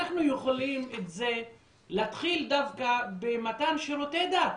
אנחנו יכולים את זה להתחיל דווקא במתן שירותי דת.